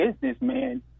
businessman